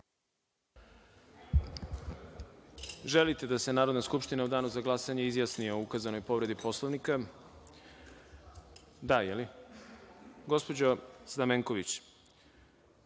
Želite da se Narodna skupština u danu za glasanje izjasni o ukazanoj povredi Poslovnika? (Da.)Gospođo Stamenković,